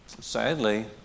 Sadly